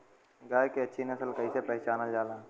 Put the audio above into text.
गाय के अच्छी नस्ल कइसे पहचानल जाला?